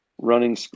running